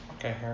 Okay